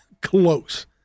close